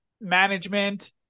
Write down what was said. management